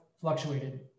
fluctuated